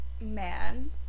man